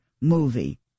movie